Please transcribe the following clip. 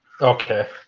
Okay